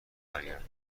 برگرده